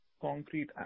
concrete